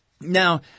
Now